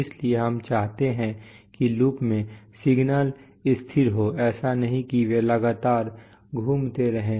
इसलिए हम चाहते हैं कि लूप में सिग्नल स्थिर हों ऐसा नहीं है कि वे लगातार घूमते रहें